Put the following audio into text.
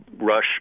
rush